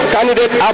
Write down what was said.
Candidate